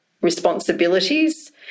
responsibilities